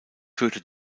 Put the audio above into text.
führte